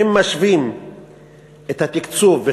אם משווים את התקצוב,